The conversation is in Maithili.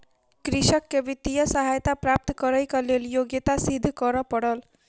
कृषक के वित्तीय सहायता प्राप्त करैक लेल योग्यता सिद्ध करअ पड़ल